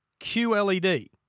QLED